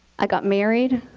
i got married.